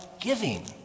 giving